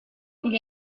gli